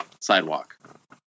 sidewalk